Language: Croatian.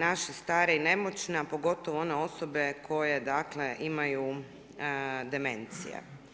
naše stare i nemoćne, a pogotovo one osobe koje dakle, imaju demencije.